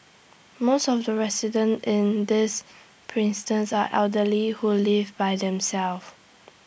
most of the residents in this are elderly who live by themselves